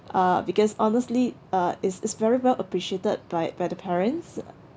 uh because honestly uh it's it's very well appreciated by by the parents